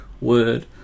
Word